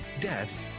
death